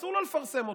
אסור לו לפרסם אותו.